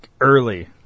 early